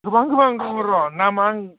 गोबां गोबां दङ र' नामा